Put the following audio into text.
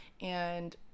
And-